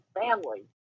family